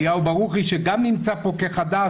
אליהו ברוכי שנמצא כאן כחבר כנסת חדש.